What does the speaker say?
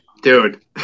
Dude